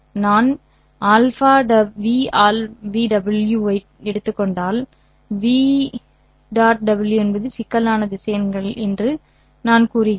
நான் αv' ∨w' take ஐ எடுத்துக் கொண்டால் 'v∧w' என்பது சிக்கலான திசையன்கள் என்று நான் கூறுகிறேன்